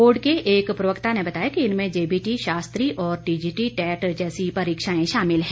board के एक प्रवक्ता ने बताया कि इनमें जेबीटी शास्त्री और टीजीटी टैट जैसी परीक्षाएं शामिल हैं